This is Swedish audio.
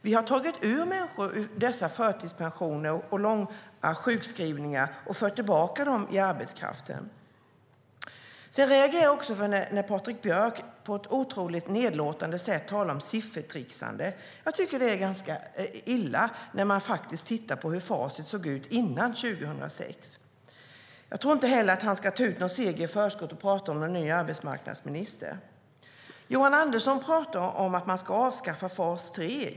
Vi har tagit människor ut ur dessa förtidspensioner och långa sjukskrivningar och fört tillbaka dem till arbetskraften. Jag reagerade när Patrik Björck på ett otroligt nedlåtande sätt talade om siffertricksande. Det är ganska illa att göra det, särskilt om man tittar man på hur facit såg ut före 2006. Jag tror inte heller att han ska ta ut någon seger i förskott och prata om en ny arbetsmarknadsminister. Johan Andersson pratar om att man ska avskaffa fas 3.